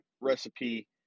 recipe